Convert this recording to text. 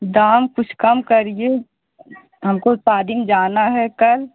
दाम कुछ कम करिए हमको शादी में जाना है कल